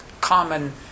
common